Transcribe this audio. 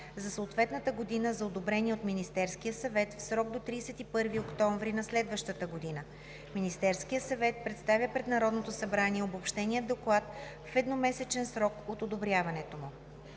за съответната година за одобрение от Министерския съвет в срок до 31 октомври на следващата година. Министерският съвет представя пред Народното събрание обобщения доклад в едномесечен срок от одобряването му.